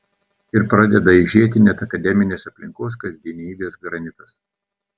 ir pradeda aižėti net akademinės aplinkos kasdienybės granitas